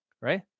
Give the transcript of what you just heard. right